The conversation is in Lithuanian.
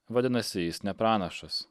vadinasi jis ne pranašas